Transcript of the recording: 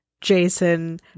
Jason